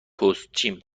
پستچیم